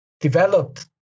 developed